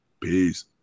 Peace